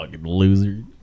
loser